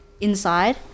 inside